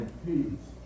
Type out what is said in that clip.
peace